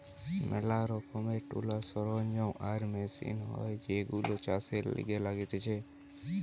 ম্যালা রকমের টুলস, সরঞ্জাম আর মেশিন হয় যেইগুলো চাষের লিগে লাগতিছে